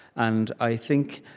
and i think,